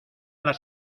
las